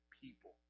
people